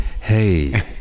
Hey